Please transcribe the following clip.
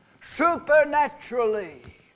supernaturally